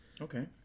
okay